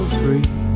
free